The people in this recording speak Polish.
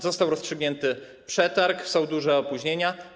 Został rozstrzygnięty przetarg, są duże opóźnienia.